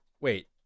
Wait